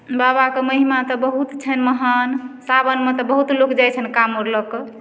बाबाके महिमा तऽ बहुत छन्हि महान सावनमे तऽ बहुत लोक जाइ छन्हि काँवर लए कऽ